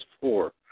four